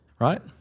right